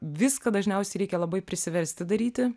viską dažniausiai reikia labai prisiversti daryti